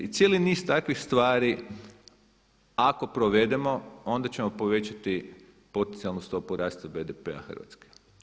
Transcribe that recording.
I cijeli niz takvih stvari ako provedemo onda ćemo povećati potencijalnu stopu rasta BDP-a Hrvatske.